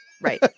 right